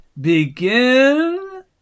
begin